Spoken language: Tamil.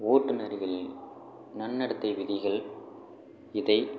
ஓட்டுனர்களின் நன்னடத்தை விதிகள் இதை